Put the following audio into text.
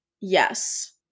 yes